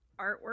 artwork